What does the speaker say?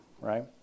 right